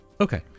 Okay